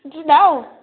दिनाव